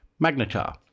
magnetar